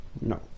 No